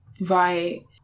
Right